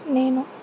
నేను